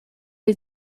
die